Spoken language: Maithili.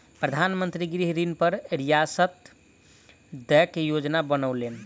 प्रधान मंत्री गृह ऋण पर रियायत दय के योजना बनौलैन